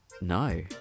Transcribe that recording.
No